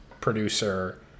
producer